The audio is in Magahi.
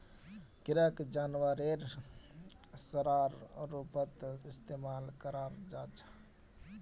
किराक जानवरेर चारार रूपत इस्तमाल कराल जा छेक